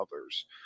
others